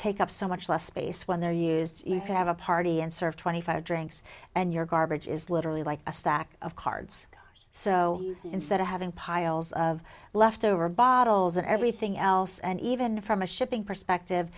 take up so much less space when they're used to have a party and serve twenty five drinks and your garbage is literally like a stack of cards so instead of having piles of leftover bottles and everything else and even from a shipping perspective